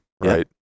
right